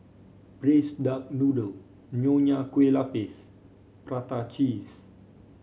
Braised Duck Noodle Nonya Kueh Lapis Prata Cheese